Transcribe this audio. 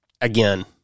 Again